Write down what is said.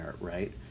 right